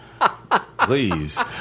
Please